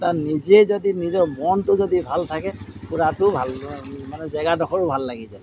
তাত নিজে যদি নিজৰ মনটো যদি ভাল থাকে ফুৰাটোও ভাল মানে জেগাডখৰো ভাল লাগি যায়